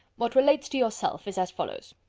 what relates to yourself, is as follows